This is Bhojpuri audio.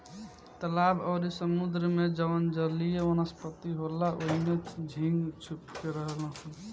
तालाब अउरी समुंद्र में जवन जलीय वनस्पति होला ओइमे झींगा छुप के रहेलसन